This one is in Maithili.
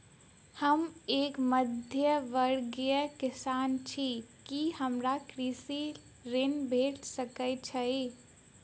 हम एक मध्यमवर्गीय किसान छी, की हमरा कृषि ऋण भेट सकय छई?